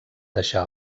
deixar